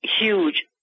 huge